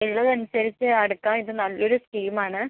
ഇളവ് അനുസരിച്ച് അടയ്ക്കാം ഇത് നല്ലൊരു സ്കീം ആണ്